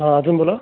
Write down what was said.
हां अजून बोला